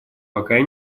какая